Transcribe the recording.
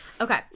Okay